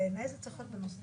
תודה, חברים.